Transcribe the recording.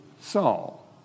Saul